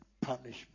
punishment